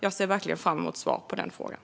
Jag ser verkligen fram emot ett svar.